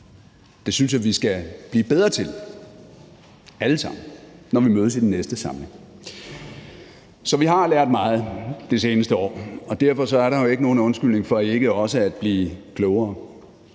Det synes jeg vi skal blive bedre til allesammen, når vi mødes i den næste samling. Så vi har lært meget det seneste år, og derfor er der jo ikke nogen undskyldning for ikke også at blive klogere.